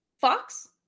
Fox